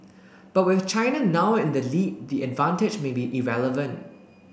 but with China now in the lead the advantage may be irrelevant